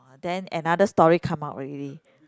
[wah] then another story come out already